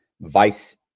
vice